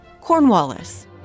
Cornwallis